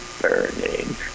burning